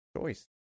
choice